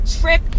trip